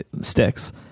sticks